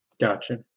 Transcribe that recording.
Gotcha